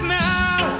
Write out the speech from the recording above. now